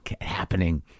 happening